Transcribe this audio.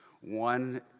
One